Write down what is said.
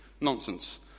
nonsense